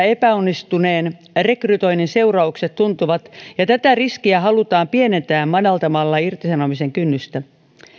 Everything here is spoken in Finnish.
epäonnistuneen rekrytoinnin seuraukset tuntuvat ja tätä riskiä halutaan pienentää madaltamalla irtisanomisen kynnystä